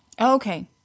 Okay